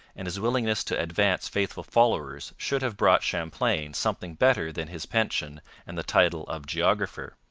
and his willingness to advance faithful followers should have brought champlain something better than his pension and the title of geographer.